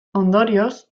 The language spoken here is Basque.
ondorioz